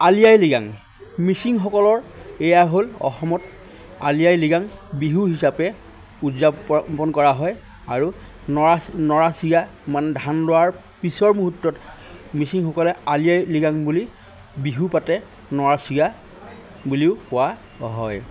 আলি আই লৃগাং মিচিংসকলৰ এয়া হ'ল অসমত আলি আই লৃগাং বিহু হিচাপে উদযাপন কৰা হয় আৰু নৰা নৰা চিগা মানে ধান দোৱাৰ পিছৰ মুহূৰ্তত মিচিংসকলে আলি আই লৃগাং বুলি বিহু পাতে নৰাচিগা বুলিও কোৱা হয়